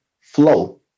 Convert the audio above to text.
flow